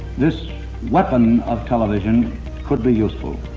this weapon of television could be useful.